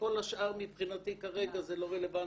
וכל השאר מבחינתי כרגע זה לא רלוונטי.